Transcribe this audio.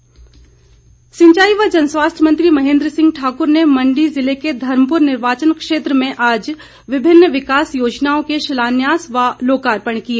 महेन्द्र सिंह सिंचाई व जनस्वास्थ्य मंत्री महेन्द्र सिंह ठाकुर ने मण्डी जिले के धर्मपुर निर्वाचन क्षेत्र में आज विभिन्न विकास योजनाओं के शिलान्यास व लोकार्पण किए